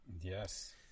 Yes